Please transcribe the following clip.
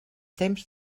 temps